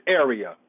area